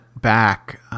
back